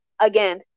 Again